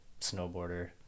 snowboarder